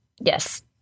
Yes